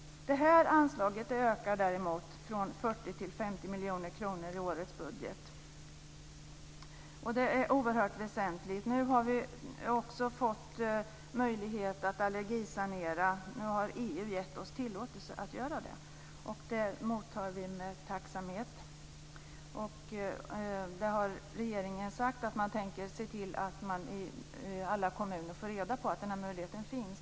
Det här anslaget ökar däremot från 40 till 50 miljoner kronor i årets budget. Det är oerhört väsentligt. Nu har vi också fått möjlighet att allergisanera. EU har gett oss tillåtelse att göra det. Det mottar vi med tacksamhet. Regeringen har sagt att man tänker se till att alla kommuner får reda på att den här möjligheten finns.